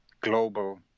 global